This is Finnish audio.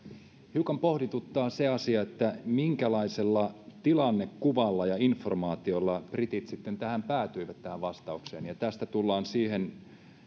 hiukan pohdituttaa se asia minkälaisella tilannekuvalla ja informaatiolla britit päätyivät tähän vastaukseen ja tästä tullaan